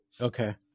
Okay